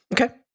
Okay